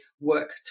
work